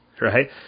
Right